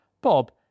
Bob